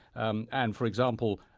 um and for example,